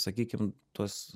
sakykim tuos